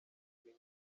agira